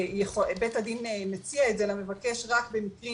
בית הדין מציע את זה למבקש רק במקרים,